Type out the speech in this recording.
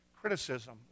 criticism